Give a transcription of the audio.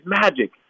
magic